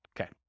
Okay